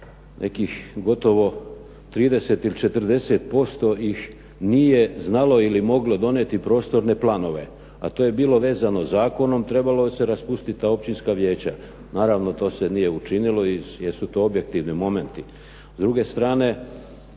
nekih gotovo 30 ili 40% ih nije znalo ili moglo donijeti prostorne planove. A to je bilo vezano zakonom, trebalo se raspustit da općinska vijeća. Naravno, to se nije učinilo jer su to objektivni momenti. S druge strane,